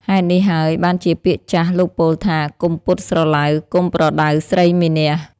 ហេតុនេះហើយបានជាពាក្យចាស់ លោកពោលថា កុំពត់ស្រឡៅ កុំប្រដៅស្រីមានះ។